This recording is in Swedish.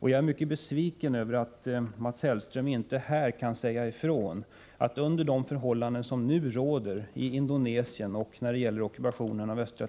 Jag är också mycket besviken över att Mats Hellström inte här kan säga ifrån att någon fortsatt vapenexport till Indonesien inte kan komma i fråga under de förhållanden som nu råder där och mot bakgrund av ockupationen av Östra